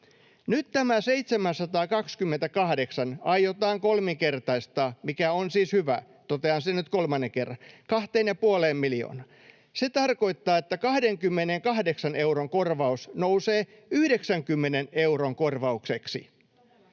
Nyt tämä 728 000 aiotaan kolminkertaistaa, mikä on siis hyvä, totean sen nyt kolmannen kerran, 2,5 miljoonaan. Se tarkoittaa, että 28 euron korvaus nousee 90 euron korvaukseksi.